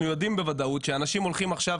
אנחנו יודעים בוודאות שאנשים הולכים עכשיו,